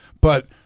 But-